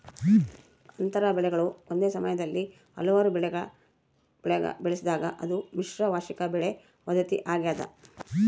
ಅಂತರ ಬೆಳೆಗಳು ಒಂದೇ ಸಮಯದಲ್ಲಿ ಹಲವಾರು ಬೆಳೆಗ ಬೆಳೆಸಿದಾಗ ಅದು ಮಿಶ್ರ ವಾರ್ಷಿಕ ಬೆಳೆ ಪದ್ಧತಿ ಆಗ್ಯದ